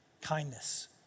kindness